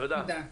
תודה.